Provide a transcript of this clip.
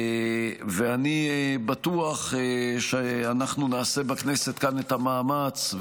ואני בטוח שאנחנו נעשה בכנסת כאן את המאמץ,